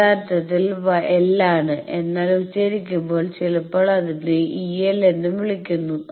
യഥാർത്ഥത്തിൽ l ആണ് എന്നാൽ ഉച്ചരിക്കുമ്പോൾ ചിലപ്പോൾ ഇതിനെ EL എന്നും വിളിക്കുന്നു